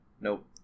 Nope